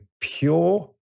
pure